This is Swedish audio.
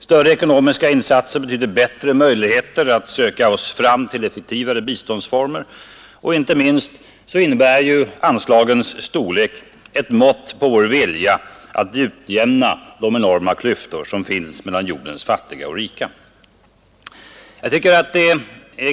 Större ekonomiska insatser betyder bättre möjligheter att söka oss fram till effektivare biståndsformer. Och, inte minst, innebär anslagens storlek ett mått på vår vilja att utjämna de enorma klyftor som finns mellan jordens fattiga och rika.